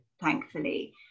thankfully